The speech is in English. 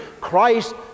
Christ